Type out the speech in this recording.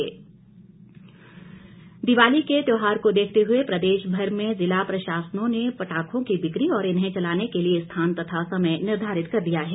DC Bilaspur Diwali के त्यौहार को देखते हुए प्रदेश भर में जिला प्रशासनों ने पटाखों की ब्रिकी और इन्हे चलाने के लिए स्थान तथा समय निर्धारित कर दिया है